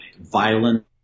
violent